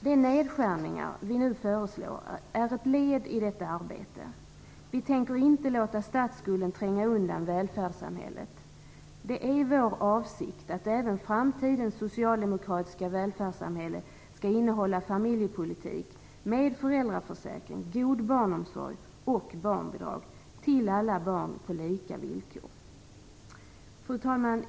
De nedskärningar vi nu föreslår är ett led i detta arbete. Vi tänker inte låta statsskulden tränga undan välfärdssamhället. Det är vår avsikt att även framtidens socialdemokratiska välfärdssamhälle skall innehålla familjepolitik med föräldraförsäkring, god barnomsorg och barnbidrag till alla barn på lika villkor. Fru talman!